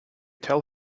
tell